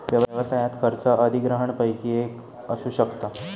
व्यवसायात खर्च अधिग्रहणपैकी एक असू शकता